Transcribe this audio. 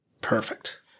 Perfect